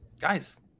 Guys